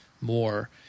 more